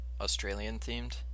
Australian-themed